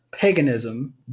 paganism